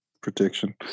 protection